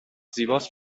زیباست